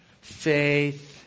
faith